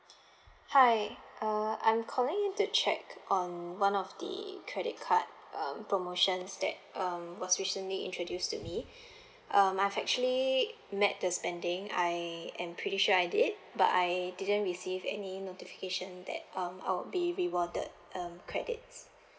hi uh I'm calling in to check on one of the credit card uh promotions that um was recently introduce to me um I've actually met the spending I am pretty sure I did but I didn't receive any notification that um I'll be rewarded um credits